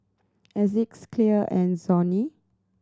Asics Clear and Sony